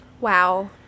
wow